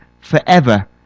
forever